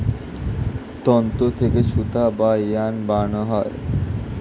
তন্তু থেকে সুতা বা ইয়ার্ন বানানো হয়